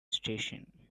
station